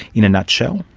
in a nutshell?